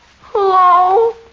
Hello